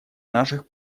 наших